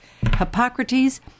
Hippocrates